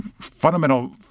fundamental